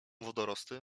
wodorosty